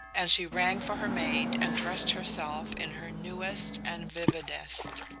and she rang for her maid and dressed herself in her newest and vividest.